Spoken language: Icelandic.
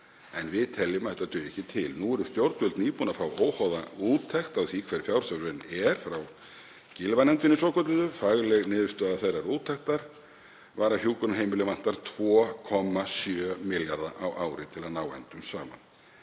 en við teljum að þetta dugi ekki til. Nú eru stjórnvöld nýbúin að fá óháða úttekt á því hver fjárþörfin er, frá Gylfanefndinni svokölluðu. Fagleg niðurstaða þeirrar úttektar var að hjúkrunarheimilin vantar 2,7 milljarða á ári til að ná endum saman.